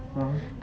ah